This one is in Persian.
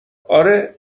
آره